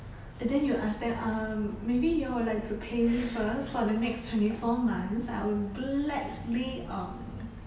and then you ask them um maybe you all would like to pay first for the next twenty four months I will gladly um